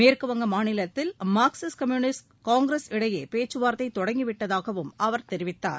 மேற்குவங்க மாநிலத்தில் Marxist Communist Congress இடையே பேச்சுவார்த்தை தொடங்கி விட்டதாகவும் அவர் தெரிவித்தார்